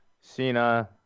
Cena